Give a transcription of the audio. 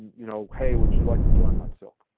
you know hey, would you like to join my silk?